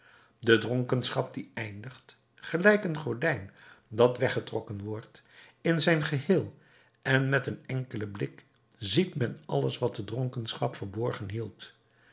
de dronkenschap die eindigt gelijkt een gordijn dat weggetrokken wordt in zijn geheel en met een enkelen blik ziet men alles wat de dronkenschap verborgen hield